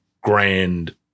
grand